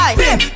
bim